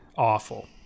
Awful